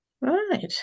right